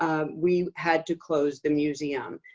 um we had to close the museum.